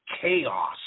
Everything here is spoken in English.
chaos